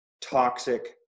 toxic